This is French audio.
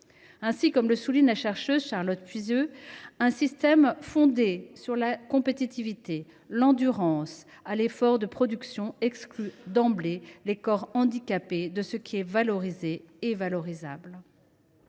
Ainsi, comme le souligne la chercheuse Charlotte Puiseux, un système fondé sur « la compétitivité, l’endurance à l’effort de production […] exclut d’emblée les corps handicapés de ce qui est valorisé et valorisable